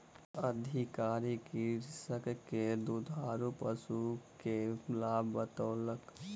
अधिकारी कृषक के दुधारू पशु प्रबंधन के लाभ बतौलक